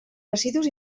residus